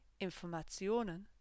Informationen